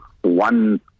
one